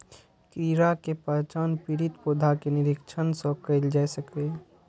कीड़ा के पहचान पीड़ित पौधा के निरीक्षण सं कैल जा सकैए